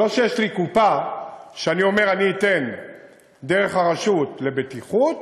זה לא שיש לי קופה ואני אומר: אני אתן דרך הרשות לבטיחות,